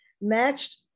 matched